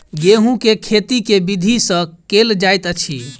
गेंहूँ केँ खेती केँ विधि सँ केल जाइत अछि?